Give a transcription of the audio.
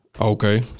Okay